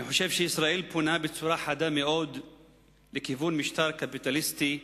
אני חושב שישראל פונה בצורה חדה מאוד לכיוון משטר קפיטליסטי חזירי.